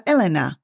Elena